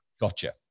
Gotcha